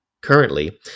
Currently